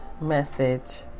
message